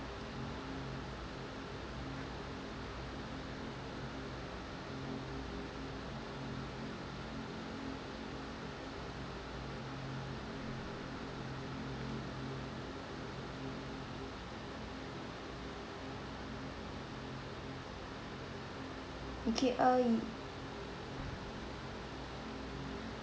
okay uh y~